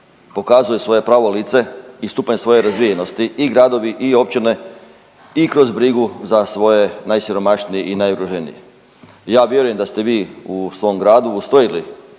pokazuju svoje pravo lice i stupanj svoje razvijenosti i gradovi i općine i kroz brigu za svoje najsiromašnije i najugroženije. Ja vjerujem da ste vi u svom gradu ustrojili